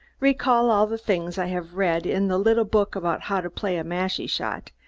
recall all the things i have read in the little book about how to play a mashie shot,